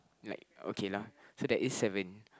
like okay lah so there is seven